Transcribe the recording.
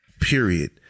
period